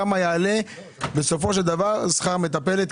כמה יעלה בסופו של דבר שכר מטפלת,